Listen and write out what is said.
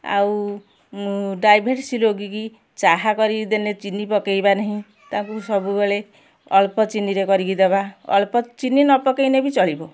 ଆଉ ଡାଇବେଟିସ ରୋଗୀକି ଚାହା କରିକି ଦେନେ ଚିନି ପକେଇବାନେହି ତାଙ୍କୁ ସବୁବେଳେ ଅଳ୍ପ ଚିନିରେ କରିକି ଦବା ଅଳ୍ପ ଚିନି ନ ପକେଇନେ ବି ଚଳିବ